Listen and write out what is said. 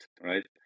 right